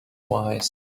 wise